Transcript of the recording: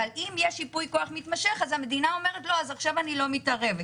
אבל אם יש ייפוי כוח מתמשך אז המדינה אומרת אז עכשיו אני לא מתערבת.